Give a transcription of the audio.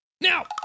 now